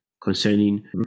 concerning